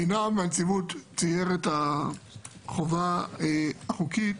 עינב מהנציבות ציין את החובה החוקית